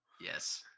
Yes